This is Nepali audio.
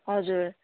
हजुर